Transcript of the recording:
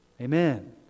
Amen